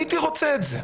הייתי רוצה את זה,